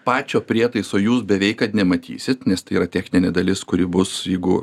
pačio prietaiso jūs beveik kad nematysit nes tai yra techninė dalis kuri bus jeigu